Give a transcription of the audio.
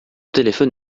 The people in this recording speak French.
téléphone